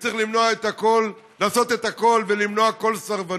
צריך לעשות הכול ולמנוע כל סרבנות.